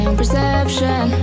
perception